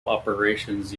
operations